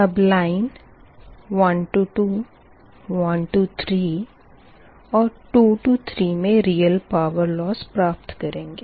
अब लाइन 1 21 3 और 2 3 मे रियल पावर लॉस प्राप्त करेंगे